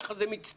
כך זה מצטייר.